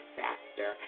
faster